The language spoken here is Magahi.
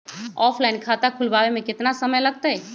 ऑफलाइन खाता खुलबाबे में केतना समय लगतई?